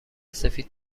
سفید